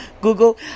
Google